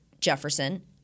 Jefferson